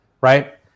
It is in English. right